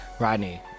Rodney